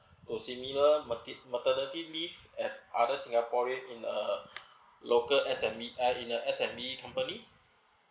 to similar mat~ maternity leave as other singaporean in a local S_M_E uh in a S_M_E company